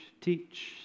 teach